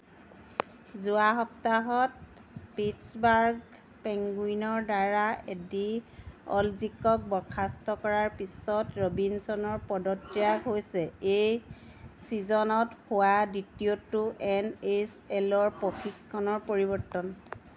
যোৱা সপ্তাহত পিটছবাৰ্গ পেংগুইনৰ দ্বাৰা এ ডি অ'লজিকক বৰ্খাস্ত কৰাৰ পিছত ৰবিনছনৰ পদত্যাগ হৈছে এই ছিজনত হোৱা দ্বিতীয়টো এন এইচ এল ৰ প্ৰশিক্ষণৰ পৰিৱৰ্তন